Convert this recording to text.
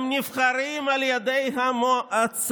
הם נבחרים על ידי המועצה,